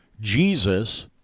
Jesus